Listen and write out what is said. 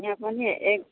यहाँ पनि एक